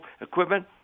equipment